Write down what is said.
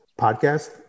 podcast